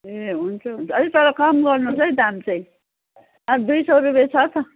ए हुन्छ हुन्छ अलिक तर कम गर्नुहोस् है दाम चाहिँ अब दुई सय रुपियाँ छ त